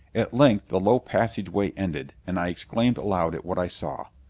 at length the low passageway ended, and i exclaimed aloud at what i saw.